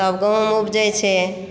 तब गहुँम उपजै छै